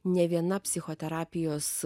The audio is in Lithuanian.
nė viena psichoterapijos